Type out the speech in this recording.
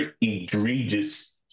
egregious